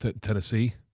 Tennessee